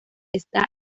está